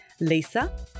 Lisa